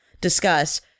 discuss